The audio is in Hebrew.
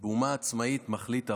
באומה עצמאית מחליט הרוב.